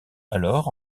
alors